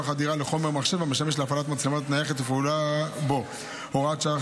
חדירה לחומר מחשב המשמש להפעלת מצלמה נייחת ופעולה בו (הוראת שעה,